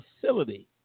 facility